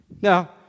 now